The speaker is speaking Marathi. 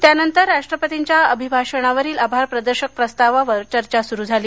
त्यानंतर राष्ट्रपतींच्या अभिभाषणावरील आभारप्रदर्शक प्रस्तावावर चर्चा सुरु झाली